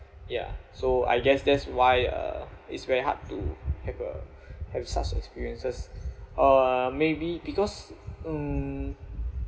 ya so I guess that's why uh it's very hard to have a have such experiences uh maybe because mm